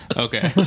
Okay